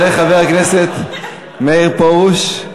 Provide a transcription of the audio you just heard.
יעלה חבר הכנסת מאיר פרוש,